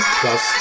plus